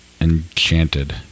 Enchanted